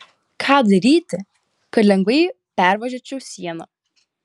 ką daryti kad lengvai pervažiuočiau sieną